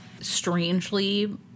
strangely